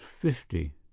fifty